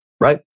Right